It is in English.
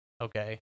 Okay